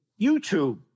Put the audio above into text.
YouTube